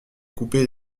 couper